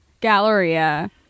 Galleria